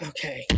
Okay